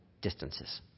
distances